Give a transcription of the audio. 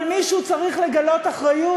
אבל מישהו צריך לגלות אחריות.